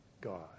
God